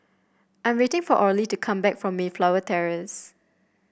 I'm waiting for Orley to come back from Mayflower Terrace